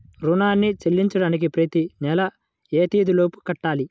రుణాన్ని చెల్లించడానికి ప్రతి నెల ఏ తేదీ లోపు కట్టాలి?